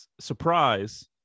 surprise